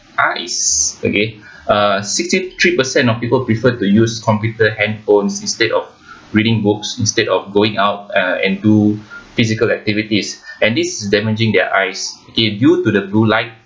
eyes okay uh sixty three percent of people prefer the use computer handphones instead of reading books instead of going out uh and do physical activities and this is damaging their eyes K due to the blue light